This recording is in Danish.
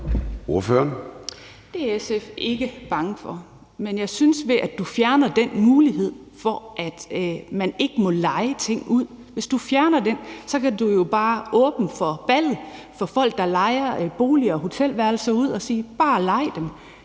Det er SF ikke bange for, men jeg synes, at hvis man fjerner det med, at man ikke må leje ting ud, kan man jo bare åbne for ballet for folk, der lejer boliger og hotelværelser ud, og sige: Bare lej dem.